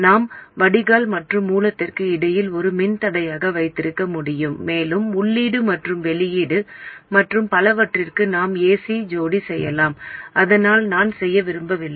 நாம் வடிகால் மற்றும் மூலத்திற்கு இடையில் ஒரு மின்தடையத்தை வைத்திருக்க முடியும் மேலும் உள்ளீடு மற்றும் வெளியீடு மற்றும் பலவற்றிற்கு நாம் ac ஜோடி செய்யலாம் அதனால் நான் செய்ய விரும்பவில்லை